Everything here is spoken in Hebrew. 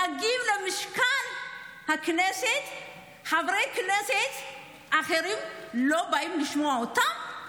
הם מגיעים למשכן הכנסת וחברי כנסת אחרים לא באים לשמוע אותם?